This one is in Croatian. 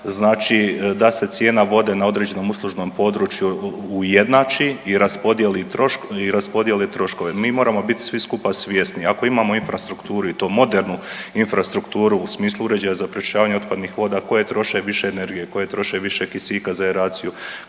znači da se cijena vode na određenom uslužnom području ujednači i raspodijeli troškove. Mi moramo bit svi skupa svjesni, ako imamo infrastrukturu i to modernu infrastrukturu u smislu uređaja za pročišćavanje otpadnih vode koje troše više energije, koje troše više kisika za aeraciju,